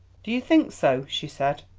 do you think so? she said.